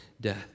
death